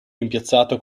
rimpiazzato